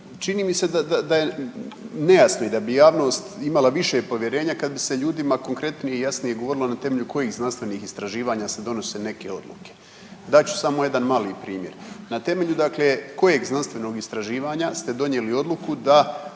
Čini mi se da je nejasno i da bi javnost imala više povjerenja kad bi se ljudima konkretnije i jasnije govorilo na temelju kojih znanstvenih istraživanja se donose neke odluke. Dat ću samo jedan mali primjer. Na temelju dakle kojeg znanstvenog istraživanja ste donijeli odluku da